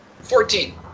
Fourteen